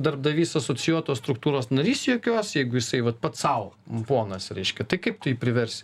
darbdavys asocijuotos struktūros narys jokios jeigu jisai vat pats sau ponas reiškia tai kaip tu jį priversi